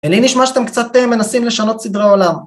לי נשמע שאתם קצת מנסים לשנות סדרי עולם.